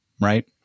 right